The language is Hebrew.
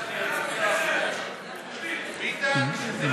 לשנת הכספים 2017, לא נתקבלה.